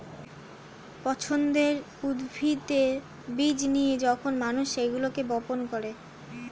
পছন্দের উদ্ভিদের বীজ নিয়ে যখন মানুষ সেগুলোকে বপন করে